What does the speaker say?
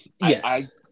Yes